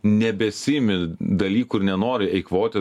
nebesiimi dalykų ir nenori eikvoti